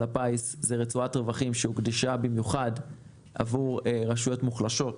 הפיס זה רצועת רווחים שהוקדשה במיוחד לרשויות מוחלשות.